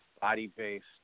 body-based